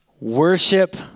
Worship